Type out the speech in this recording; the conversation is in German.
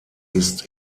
ist